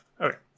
Okay